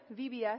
VBS